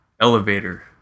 elevator